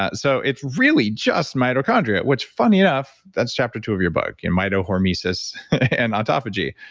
ah so it's really just mitochondria, which funny enough, that's chapter two of your book, in mitohormesis and autophagy.